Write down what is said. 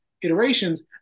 iterations